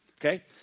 Okay